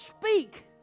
speak